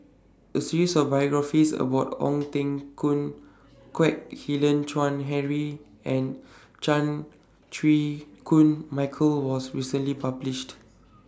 A series of biographies about Ong Teng Koon Kwek Hian Chuan Henry and Chan Chew Koon Michael was recently published